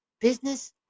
business